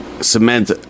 cement